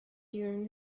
during